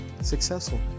successful